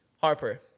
Harper